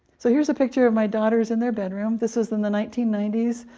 so here's a picture of my daughters in their bedroom this is in the nineteen ninety s,